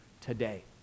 today